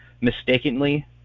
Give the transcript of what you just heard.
mistakenly